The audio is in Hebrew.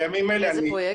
איזה פרויקט?